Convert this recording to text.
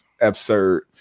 absurd